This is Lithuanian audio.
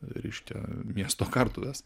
reiškia miesto kartuvės